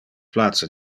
place